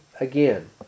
again